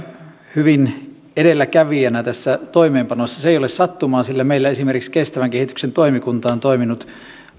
hyvin edelläkävijänä tässä toimeenpanossa se ei ole sattumaa sillä meillä esimerkiksi kestävän kehityksen toimikunta on toiminut